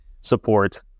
support